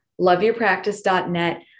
Loveyourpractice.net